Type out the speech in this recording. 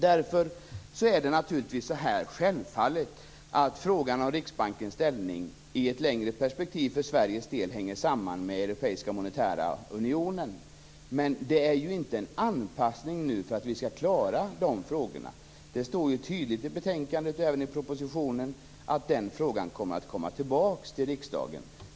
Därför är det självklart att frågan om Riksbankens ställning i ett längre perspektiv för Sveriges del hänger samman med Europeiska monetära unionen. Men det är ju inte en anpassning för att vi skall klara dessa frågor. Det står ju tydligt i betänkandet och även i propositionen att den frågan kommer att återkomma till riksdagen.